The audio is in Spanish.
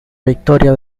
victoria